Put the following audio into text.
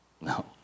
No